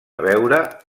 veure